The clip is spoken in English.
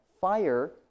fire